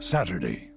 Saturday